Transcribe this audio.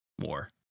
more